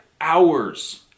hours